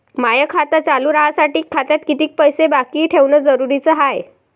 माय खातं चालू राहासाठी खात्यात कितीक पैसे बाकी ठेवणं जरुरीच हाय?